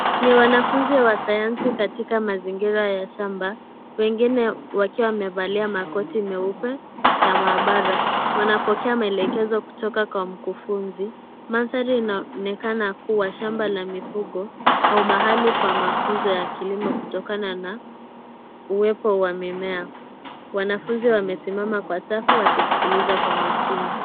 Ni wanafunzi wa sayansi katika mazingira ya shamba. Wengine wakiwa wamevalia makoti meupe ya maabara. Wanapokea maelekezo kutoka kwa mkufunzi. Mandhari inaonekana kuwa shamba la mifugo au mahali pa mafunzo ya kilimo kutokana na uwepo wa mimea. Wanafunzi wamesimama kwa safu wakisikiliza kwa makini.